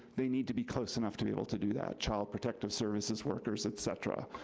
they need to be close enough to be able to do that, child protective services workers, et cetera.